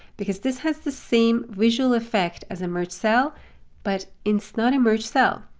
because this has the same visual effect as a merge cell but its not emerge cell.